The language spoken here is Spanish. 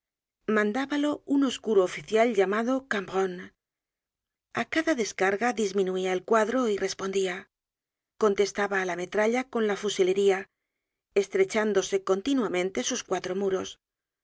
mandábalo un oscuro oficial llamado cambronne a cada descarga disminuía el cuadro y respondia contestaba á la content from google book search generated at metralla con la fusilería estrechándose continuamente sus cuatro muros